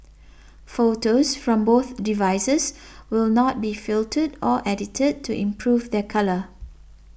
photos from both devices will not be filtered or edited to improve their colour